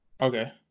okay